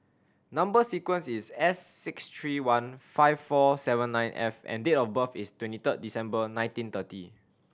number sequence is S six three one five four seven nine F and date of birth is twenty third December nineteen thirty